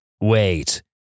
Wait